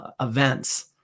events